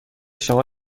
شما